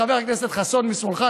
חבר הכנסת חסון משמאלך,